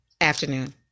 afternoon